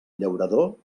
llaurador